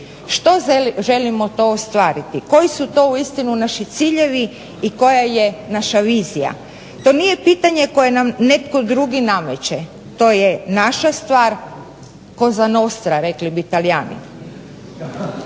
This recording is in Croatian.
Što želimo to ostvariti? Koji su to uistinu naši ciljevi i koja je naša vizija? To nije pitanje koje nam netko drugi nameće. To je naša stvar, cosa nostra rekli bi Talijani.